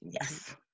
Yes